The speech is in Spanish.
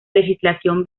legislación